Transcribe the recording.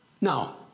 Now